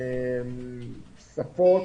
שפות.